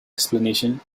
explanation